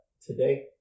Today